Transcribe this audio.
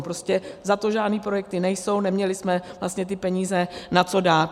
Prostě za to žádné projekty nejsou, neměli jsme vlastně ty peníze na co dát.